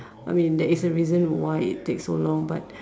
I mean there is a reason why it takes so long but